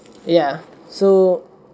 ya so